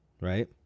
Right